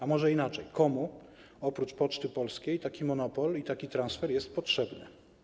A może inaczej: komu oprócz Poczty Polskiej taki monopol i taki transfer jest potrzebny?